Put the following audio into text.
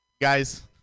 Guys